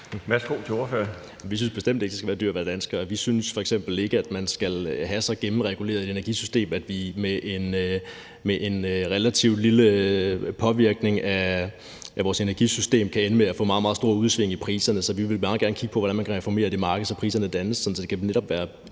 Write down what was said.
Vi synes bestemt ikke, at det skal være dyrt at være dansker. Vi synes f.eks. ikke, at man skal have så gennemreguleret et energisystem, at vi med en relativt lille påvirkning af vores energisystem kan ende med at få meget, meget store udsving i priserne. Så vi vil meget gerne kigge på, hvordan man kan reformere det marked, så priserne dannes,